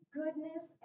goodness